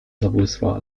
zabłysła